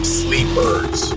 sleepers